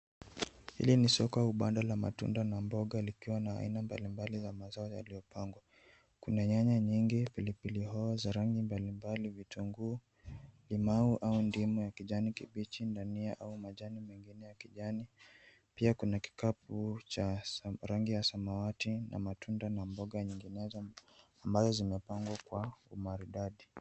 Hili ni soko au banda la matunda na mboga likiwa na aina mbalimbali za mazao yaliyopangwa. Kuna nyanya nyingi, pilipili hoho za rangi mbalimbali ,vitunguu ,limau au ndimu ya kijani kibichi, dania au majani mengine ya kijani, pia kuna kikapu cha rangi ya samawati na matunda na mboga nyinginezo ambazo zimepangwa kwa umaridadi.